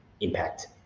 impact